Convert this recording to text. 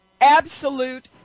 absolute